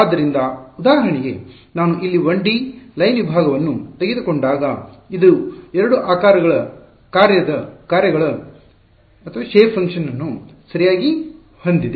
ಆದ್ದರಿಂದ ಉದಾಹರಣೆಗೆ ನಾನು ಇಲ್ಲಿ 1ಡಿ ಲೈನ್ ವಿಭಾಗವನ್ನು ತೆಗೆದುಕೊಂಡಾಗ ಇದು 2 ಆಕಾರದ ಕಾರ್ಯಗಳ ಶೇಪ್ ಫಂಕ್ಷನ್ ನ್ನು ಸರಿಯಾಗಿ ಹೊಂದಿದೆ